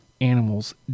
animals